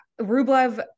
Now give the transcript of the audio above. Rublev